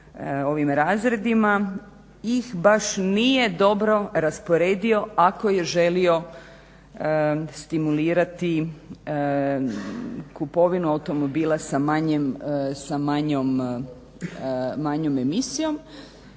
ovim razredima ih baš nije dobro rasporedio ako je želio stimulirati kupovinu automobila sa manjom emisijom